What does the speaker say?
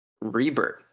rebirth